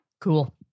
Cool